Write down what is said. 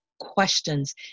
questions